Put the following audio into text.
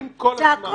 נפגעים כל הזמן.